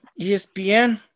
ESPN